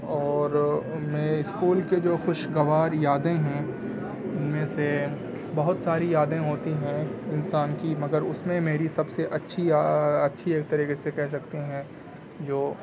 اور ان میں اسکول کے جو خوشگوار یادیں ہیں ان میں سے بہت ساری یادیں ہوتی ہیں انسان کی مگر اس میں میری سب سے اچھی یاد اچھی ایک طریقے سے کہہ سکتے ہیں جو